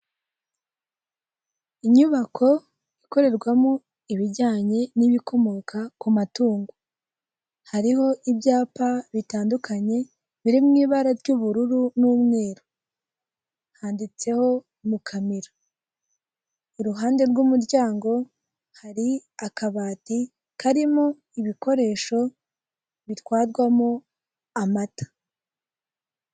Inyubako ikorerwamo ibijyanye n'ibikomoka ku matungo hariho ibyapa bitandukanye biri mu ibara ry'ubururu n'umweru handitseho mukamira iruhande rw'umuryango hari akabati karimo ibikoresho bitwarwamo amata